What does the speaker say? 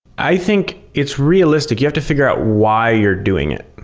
i think it's realistic. you have to figure out why you're doing it.